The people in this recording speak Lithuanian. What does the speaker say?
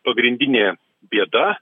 pagrindinė bėda